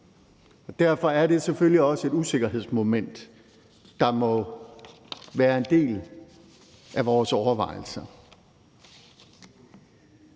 Derfor er det selvfølgelig også et usikkerhedsmoment, der må være en del af vores overvejelser.